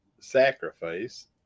sacrifice